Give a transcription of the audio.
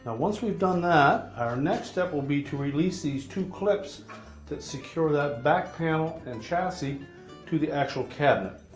once we've done that, our next step will be to release these two clips that secure that back panel and chassis to the actual cabinet.